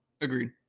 Agreed